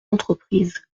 entreprises